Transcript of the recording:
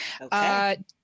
Okay